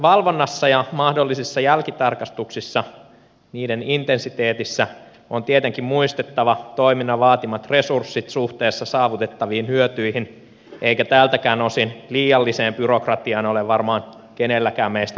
valvonnassa ja mahdollisissa jälkitarkastuksissa niiden intensiteetissä on tietenkin muistettava toiminnan vaatimat resurssit suhteessa saavutettaviin hyötyihin eikä tältäkään osin liialliseen byrokratiaan ole varmaan kenelläkään meistä tahtoa